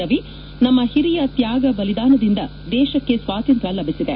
ರವಿ ನಮ್ಮ ಹಿರಿಯ ತ್ಯಾಗ ಬಲಿದಾನದಿಂದ ದೇಶಕ್ಕೆ ಸ್ವಾತಂತ್ರ್ಯ ಲಭಿಸಿದೆ